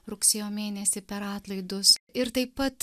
rugsėjo mėnesį per atlaidus ir taip pat